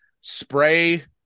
spray